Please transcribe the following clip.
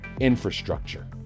infrastructure